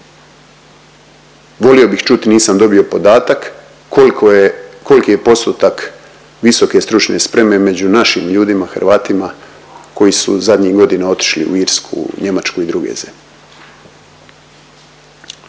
Volio bih čut, nisam dobio podatak, koliko je, koliki je postotak visoke stručne spreme među našim ljudima Hrvatima koji su zadnjih godina otišli u Irsku, Njemačku i druge zemlje.